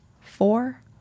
four